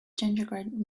gingerbread